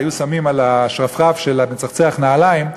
היו שמים על השרפרף של מצחצח הנעליים,